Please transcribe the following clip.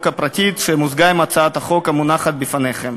הפרטית שמוזגה עם הצעת החוק המונחת בפניכם.